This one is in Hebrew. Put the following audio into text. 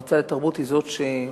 שהמועצה לתרבות היא זאת שממליצה,